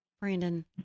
Brandon